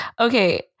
Okay